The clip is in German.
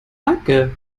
danke